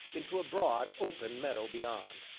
into a broad, open meadow beyond.